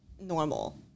normal